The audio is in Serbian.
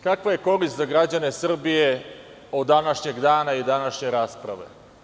Kakva je korist za građane Srbije od današnjeg dana i današnje rasprave?